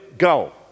go